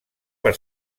per